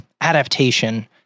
adaptation